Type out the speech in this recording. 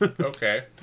Okay